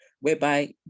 whereby